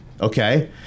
okay